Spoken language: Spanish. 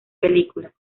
películas